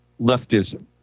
leftism